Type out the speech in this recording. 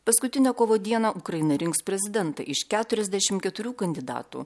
paskutinę kovo dieną ukraina rinks prezidentą iš keturiasdešim keturių kandidatų